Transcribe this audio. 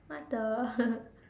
what the